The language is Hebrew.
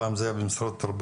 פעם זה היה במשרד התרבות.